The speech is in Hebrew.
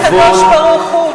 לבין הקדוש-ברוך-הוא.